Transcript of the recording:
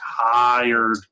tired